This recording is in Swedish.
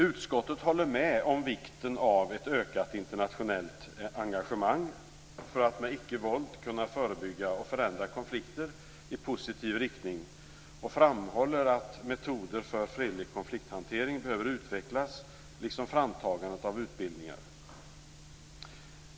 Utskottet håller med om vikten av ett ökat internationellt engagemang för att med icke-våld kunna förebygga och förändra konflikter i positiv riktning och framhåller att metoder för fredlig konflikthantering behöver utvecklas liksom framtagandet av utbildningar.